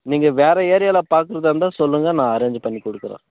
நீங்கள் வேறு ஏரியாவில் பார்க்குறதா இருந்தால் சொல்லுங்க நான் அரேஞ்ச் பண்ணி கொடுக்குறேன்